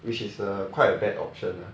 which is a quite a bad option lah